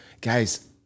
guys